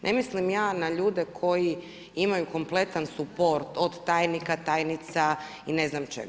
Ne mislim ja na ljude koji imaju kompletan suport od tajnika, tajnica i ne znam čega.